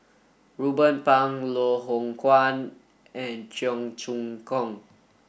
Ruben Pang Loh Hoong Kwan and Cheong Choong Kong